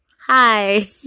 Hi